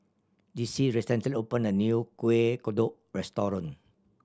Dixie recently opened a new Kuih Kodok restaurant